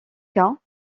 cas